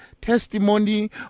testimony